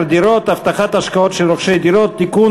(דירות) (הבטחת השקעות של רוכשי דירות) (תיקון,